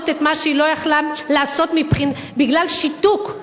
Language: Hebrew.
את מה שהיא לא יכולה לעשות בגלל שיתוק,